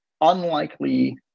unlikely